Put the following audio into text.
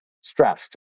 stressed